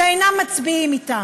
שאינם מצביעים אתם,